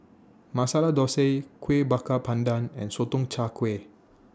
Masala Thosai Kuih Bakar Pandan and Sotong Char Kway